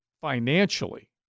financially